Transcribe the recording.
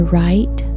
right